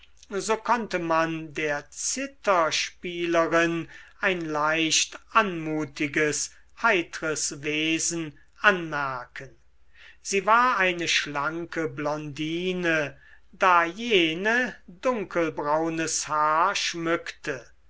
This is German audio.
so konnte man der zitherspielerin ein leicht anmutiges heitres wesen anmerken sie war eine schlanke blondine da jene dunkelbraunes haar schmückte